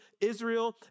Israel